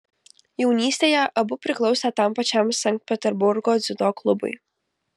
jaunystėje abu priklausė tam pačiam sankt peterburgo dziudo klubui